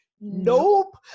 nope